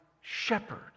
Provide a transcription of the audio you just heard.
shepherd